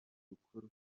gukora